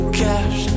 cash